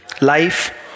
life